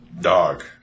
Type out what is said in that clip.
dog